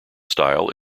style